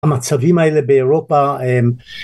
המצבים האלה באירופה הם